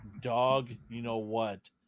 dog-you-know-what